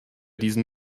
diesen